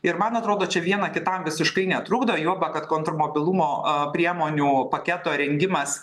ir man atrodo čia viena kitam visiškai netrukdo juoba kad kontrmobilumo priemonių paketo rengimas